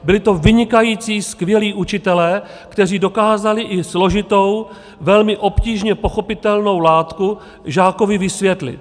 Byli to vynikající, skvělí učitelé, kteří dokázali i složitou, velmi obtížně pochopitelnou látku žákovi vysvětlit.